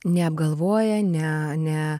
neapgalvoję ne